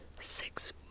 six